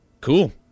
cool